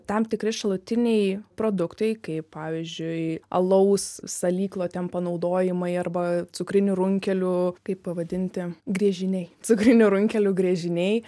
tam tikri šalutiniai produktai kaip pavyzdžiui alaus salyklo ten panaudojimai arba cukrinių runkelių kaip pavadinti griežiniai cukrinių runkelių griežiniai